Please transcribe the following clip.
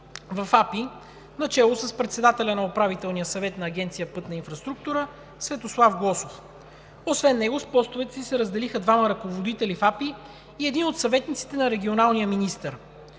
в АПИ, начело с председателя на Управителния съвет на Агенция „Пътна инфраструктура“ – Светослав Глосов. Освен него с постовете си се разделиха двама ръководители в АПИ и един от съветниците на регионалния министър.